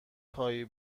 خواهی